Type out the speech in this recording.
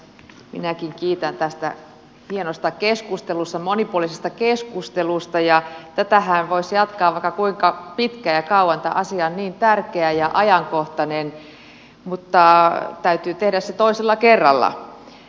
minäkin kiitän tästä hienosta monipuolisesta keskustelusta ja tätähän voisi jatkaa vaikka kuinka pitkään ja kauan tämä asia on niin tärkeä ja ajankohtainen mutta täytyy tehdä se toisella kerralla